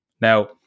Now